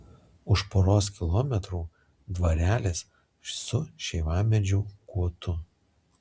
už poros kilometrų dvarelis su šeivamedžių guotu